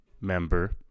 member